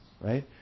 right